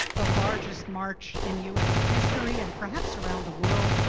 the largest march in u s. history. and perhaps around the world.